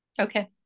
Okay